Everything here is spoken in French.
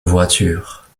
voiture